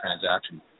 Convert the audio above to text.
transaction